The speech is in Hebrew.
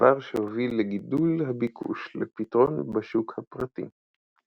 דבר שהוביל לגידול הביקוש לפתרון בשוק הפרטי.